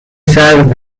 سرد